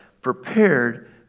prepared